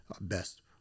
best